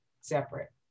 separate